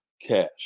cash